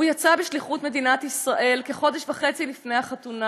הוא יצא בשליחות מדינת ישראל כחודש וחצי לפני החתונה,